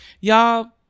Y'all